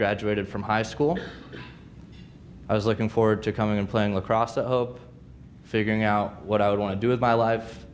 graduated from high school i was looking forward to coming and playing lacrosse i hope figuring out what i want to do with my live